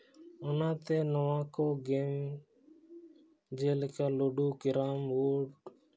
ᱚᱱᱟᱛᱮ ᱱᱚᱣᱟᱠᱚ ᱜᱮᱢ ᱡᱮᱞᱮᱠᱟ ᱞᱩᱰᱩ ᱠᱨᱟᱢ ᱵᱳᱨᱰ